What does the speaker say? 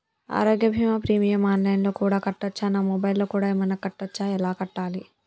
ఆరోగ్య బీమా premium online లో కూడా కట్టచ్చా? నా మొబైల్లో కూడా ఏమైనా కట్టొచ్చా? ఎలా కట్టాలి?